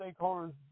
stakeholders